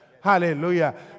Hallelujah